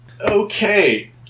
Okay